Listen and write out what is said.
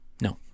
No